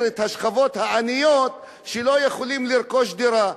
את השכבות העניות שלא יכולות לרכוש דירה,